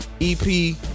EP